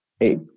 Eight